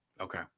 Okay